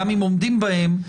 גם אם עומדים בהם,